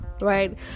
right